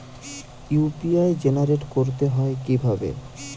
UPI generate করতে হয় কিভাবে?